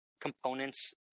components